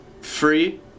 free